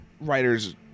writer's